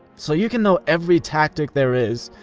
so you can know every tactic there is,